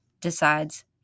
decides